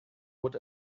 what